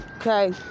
Okay